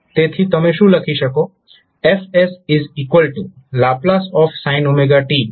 તેથી તમે શું લખી શકો